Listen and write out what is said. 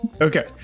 Okay